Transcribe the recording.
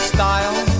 style